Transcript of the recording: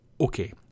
Okay